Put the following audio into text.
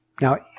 Now